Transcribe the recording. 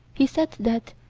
he said that,